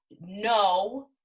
no